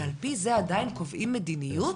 ועל פי זה עדיין קובעים מדיניות?